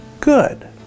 good